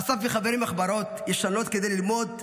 אסף מחברים מחברות ישנות כדי ללמוד,